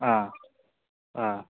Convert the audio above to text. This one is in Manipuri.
ꯑꯥ ꯑꯥ